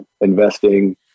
investing